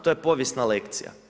To je povijesna lekcija.